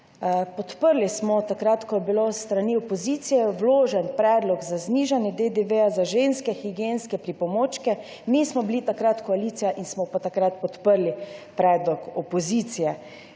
podprli smo, takrat ko je bil s strani opozicije vložen predlog za znižanje DDV za ženske higienske pripomočke. Mi smo bili takrat koalicija in smo takrat podprli predlog opozicije.